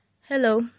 Hello